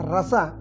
Rasa